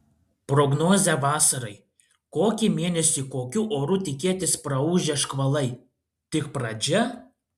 prognozė vasarai kokį mėnesį kokių orų tikėtis praūžę škvalai tik pradžia